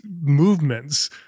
movements